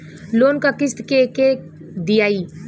Loan क किस्त के के दियाई?